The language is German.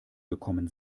gekommen